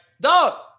dog